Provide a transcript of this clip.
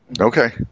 Okay